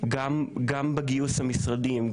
גם בגיוס המשרדים,